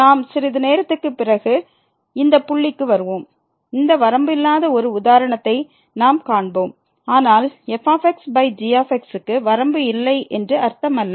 நாம் சிறிது நேரத்திற்குப் பிறகு இந்த புள்ளிக்கு வருவோம் இந்த வரம்பு இல்லாத ஒரு உதாரணத்தை நாம் காண்போம் ஆனால் f g க்கு வரம்பு இல்லை என்று அர்த்தமல்ல